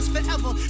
Forever